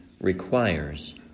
requires